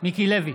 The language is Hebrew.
מיקי לוי,